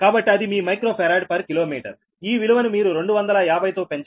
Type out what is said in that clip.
కాబట్టి అది మీ మైక్రో ఫరాడ్ పర్ కిలోమీటర్ ఈ విలువను మీరు 250 తో పెంచాలి